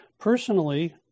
Personally